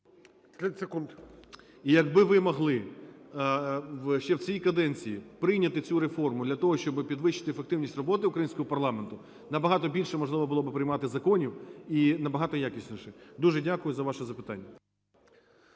І якби ви могли ще в цій каденції прийняти цю реформу, для того щоби підвищити ефективність роботи українського парламенту, набагато більше можливо було би приймати законів і набагато якісніших. Дуже дякую за ваше запитання.